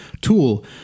tool